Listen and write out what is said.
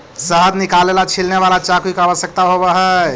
शहद निकाले ला छिलने वाला चाकू की आवश्यकता होवअ हई